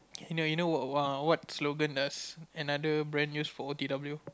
you know you know what what slogan does another brand use for O_T_W